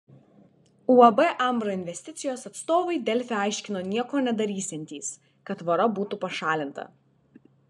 uab ambra investicijos atstovai delfi aiškino nieko nedarysiantys kad tvora būtų pašalinta